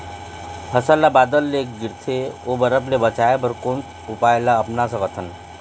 फसल ला बादर ले गिरथे ओ बरफ ले बचाए बर कोन उपाय ला अपना सकथन?